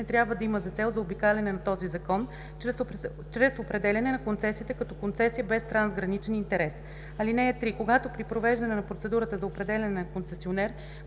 трябва да има за цел заобикаляне на този закон чрез определяне на концесията като концесия без трансграничен интерес. (3) Когато при провеждане на процедурата за определяне на концесионер